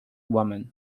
woman